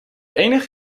enig